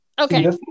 Okay